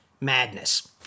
Madness